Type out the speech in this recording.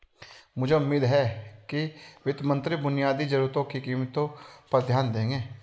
मुझे उम्मीद है कि वित्त मंत्री बुनियादी जरूरतों की कीमतों पर ध्यान देंगे